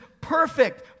perfect